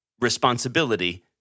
responsibility